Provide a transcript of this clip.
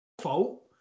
fault